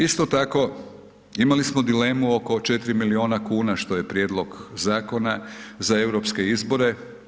Isto tako imali smo dilemu oko 4 miliona kuna što je prijedlog zakona za europske izbore.